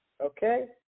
okay